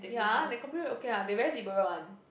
ya the company okay one they very liberal one